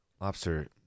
Lobster